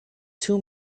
two